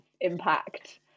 impact